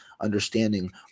understanding